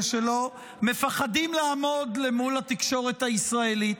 שלו מפחדים לעמוד מול התקשורת הישראלית.